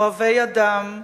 אוהבי אדם,